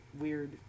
weird